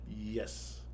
yes